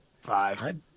Five